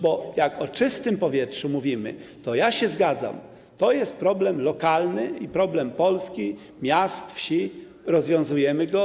Bo jak mówimy o czystym powietrzu, to ja się zgadzam, to jest problem lokalny i problem Polski, miast, wsi, rozwiązujemy go.